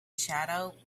shadow